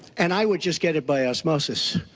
and i would just get it by osmosis.